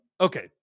okay